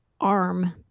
arm